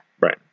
Right